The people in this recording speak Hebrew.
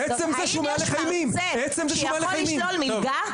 האם יש מרצה שיכול לשלול מלגה?